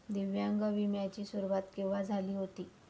दिव्यांग विम्या ची सुरुवात केव्हा झाली होती?